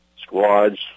squads